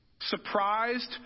surprised